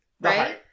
right